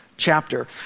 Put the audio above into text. chapter